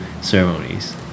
ceremonies